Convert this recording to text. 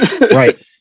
Right